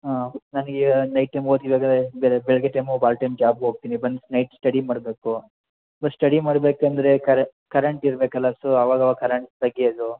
ಹಾಂ ನನಗೆ night time work ಇದ್ದಾವೆ ಬೇರೆ ಬೆಳಿಗ್ಗೆ ಟೈಮು ಪಾರ್ಟ್ಟೈಮ್ ಜಾಬ್ಗೆ ಹೋಗ್ತೀನಿ ಬಂದು ನೈಟ್ ಸ್ಟಡಿ ಮಾಡಬೇಕು ಇವಾಗ ಸ್ಟಡಿ ಮಾಡಬೇಕಂದ್ರೆ ಕರೆ ಕರೆಂಟ್ ಇರ್ಬೇಕಲ್ಲ ಸೊ ಅವಾಗ ಅವಾಗ ಕರೆಂಟ್ ತೆಗ್ಯೋದು